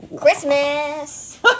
Christmas